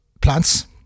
plants